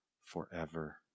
forever